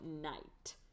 night